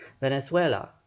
Venezuela –